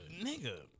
nigga